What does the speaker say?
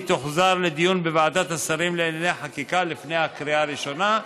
היא תוחזר לדיון בוועדת השרים לענייני חקיקה לפני הקריאה הראשונה.